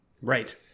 Right